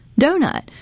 donut